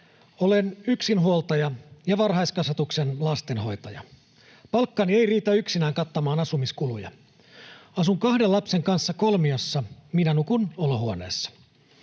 ”Olen yksinhuoltaja ja varhaiskasvatuksen lastenhoitaja. Palkkani ei riitä yksinään kattamaan asumiskuluja. Asun kahden lapsen kanssa kolmiossa, minä nukun olohuoneessa.